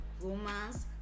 romance